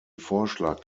vorschlag